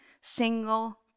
single